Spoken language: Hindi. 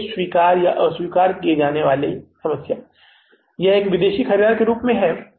आदेश को स्वीकार या अस्वीकार करना एक विदेशी ख़रीदार का रूप है